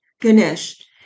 Ganesh